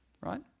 Right